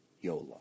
Yola